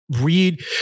read